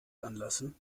anlassen